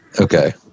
Okay